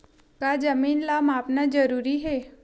का जमीन ला मापना जरूरी हे?